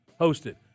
hosted